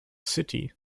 city